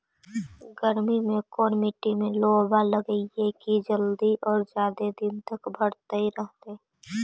गर्मी में कोन मट्टी में लोबा लगियै कि जल्दी और जादे दिन तक भरतै रहतै?